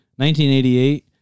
1988